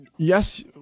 Yes